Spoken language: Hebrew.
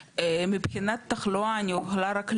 מבחינת תחלואה אני יכולה רק להגיד,